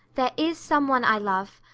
there is some one i love,